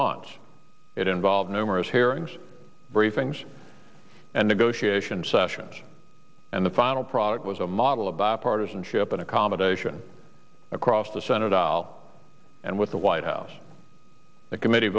months it involved numerous hearings briefings and negotiation sessions and the final product was a model of bipartisanship an accommodation across the senate al and with the white house that committee